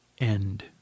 end